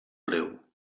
greu